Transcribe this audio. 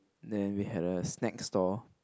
then we had a snack stall